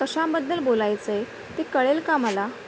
कशाबद्दल बोलायचं आहे ते कळेल का मला